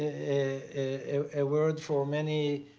a word for many